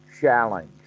challenge